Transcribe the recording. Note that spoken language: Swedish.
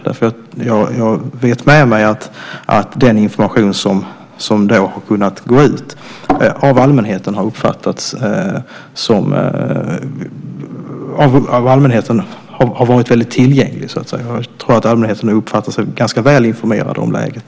Jag vet med mig att den information som har kunnat gå ut har varit väldigt tillgänglig för allmänheten. Jag tror att allmänheten uppfattar sig som ganska väl informerad om läget.